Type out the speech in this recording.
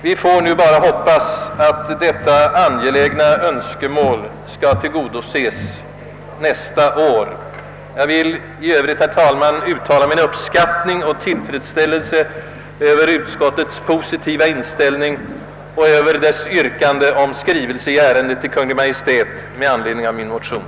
Vi får nu hoppas att detta angelägna önskemål skall tillgodoses nästa år. Jag vill i övrigt, herr talman, uttala min uppskattning av och tillfredsställelse över utskottets positiva inställning och över dess yrkande om skrivelse i ärendet till Kungl. Maj:t med anledning av min motion.